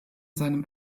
seinem